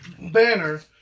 Banner